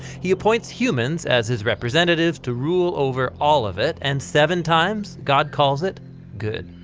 he appoints humans as his representatives to rule over all of it. and seven times god calls it good.